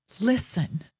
Listen